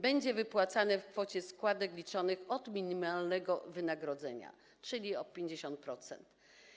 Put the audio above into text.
Będzie wypłacane w kwocie składek liczonych od minimalnego wynagrodzenia, czyli od 50%.